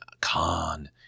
con